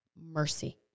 mercy